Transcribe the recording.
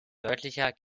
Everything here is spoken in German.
deutlicher